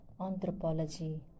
anthropology